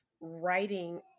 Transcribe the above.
writing